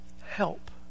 Help